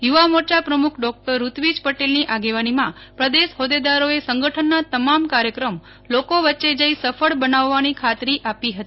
યુવા મોરચા પ્રમુખ ડોક્ટર ઋત્વિજ પટેલની આગેવાનીમાં પ્રદેશ હોદ્દેદારોએ સંગઠનના તમામ કાર્યક્રમ લોકો વચ્ચે જઈ સફળ બનાવાની ખાતરી આપી હતી